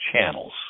channels